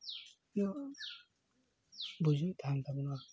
ᱵᱷᱟᱹᱜᱤ ᱛᱟᱦᱮᱱ ᱛᱟᱵᱚᱱᱟ ᱟᱨᱠᱤ